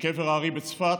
לקבר האר"י בצפת,